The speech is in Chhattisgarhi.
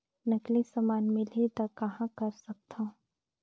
नकली समान मिलही त कहां कर सकथन?